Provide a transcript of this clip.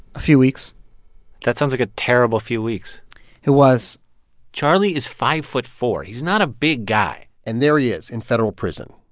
a few weeks that sounds like a terrible few weeks it was charlie is five foot four. he's not a big guy and there he is in federal prison.